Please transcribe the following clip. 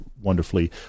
wonderfully